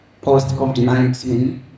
post-COVID-19